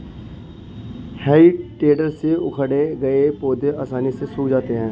हेइ टेडर से उखाड़े गए पौधे आसानी से सूख जाते हैं